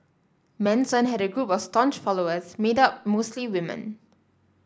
Manson had a group of staunch followers made up mostly women